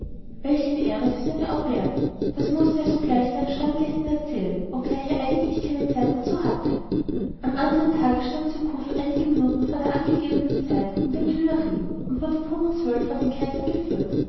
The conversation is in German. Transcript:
welch eine ehre für seine auberge das mußte er sogleich seinen stammgästen erzählen obgleich er eigentlich gar keine zeit dazu hatte am andern tage stand surcouf einige minuten vor der angegebenen zeit in den tuilerien und wurde punkt zwölf uhr vor den kaiser geführt